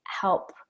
help